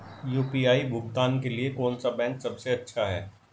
UPI भुगतान के लिए कौन सा बैंक सबसे अच्छा है?